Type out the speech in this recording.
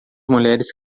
mulheres